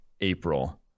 April